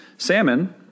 Salmon